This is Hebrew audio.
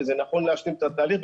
וזה נכון להשלים את התהליך.